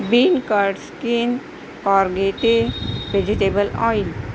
bin cart skin ऑर्गेटे vegetable oil